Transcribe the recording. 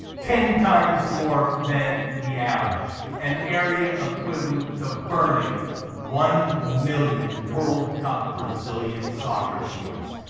ten times more than the average, an area equivalent to burning one million world cup brazilian soccer fields.